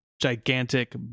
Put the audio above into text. gigantic